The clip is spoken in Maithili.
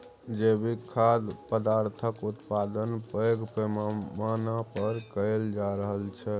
जैविक खाद्य पदार्थक उत्पादन पैघ पैमाना पर कएल जा रहल छै